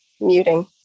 Muting